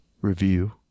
review